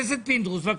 פינדרוס.